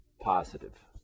positive